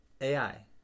AI